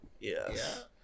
Yes